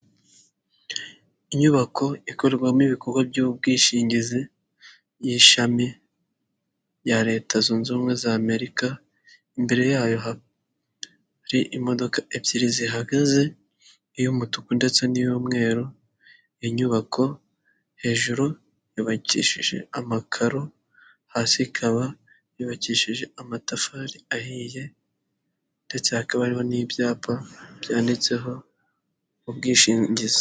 Inyubako ikorerwamo ibikorwa by'ubwishingizi y'ishami rya leta zunze ubumwe z'Amerika, imbere yayo hari imodoka ebyiri zihagaze iy'umutuku ndetse n'iy'umweru, inyubako hejuru yubakishije amakaro hasi ikaba yubakishije amatafari ahiye ndetse hakaba hari n'ibyapa byanditseho ubwishingizi.